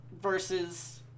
versus